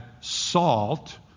salt